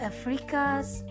Africa's